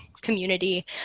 community